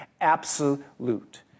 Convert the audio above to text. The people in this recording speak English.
absolute